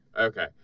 okay